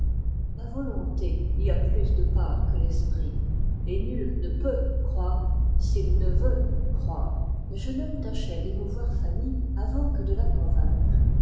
la volonté y a plus de part que l'esprit et nul ne peut croire s'il ne veut croire le jeune homme tâchait donc d'émouvoir fanny avant que de la convaincre